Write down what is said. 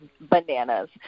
bananas